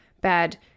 bad